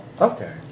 okay